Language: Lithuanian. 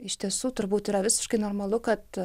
iš tiesų turbūt yra visiškai normalu kad